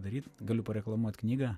daryt galiu pareklamuot knygą